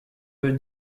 peu